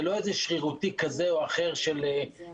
זה לא איזה שרירות כזו או אחרת של האיש